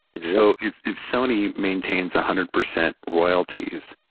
so if if sony maintains a hundred percent royalties,